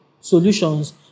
solutions